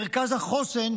מרכז החוסן,